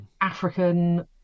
african